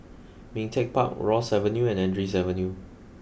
Ming Teck Park Rosyth Avenue and Andrews Avenue